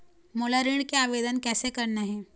मोला ऋण के आवेदन कैसे करना हे?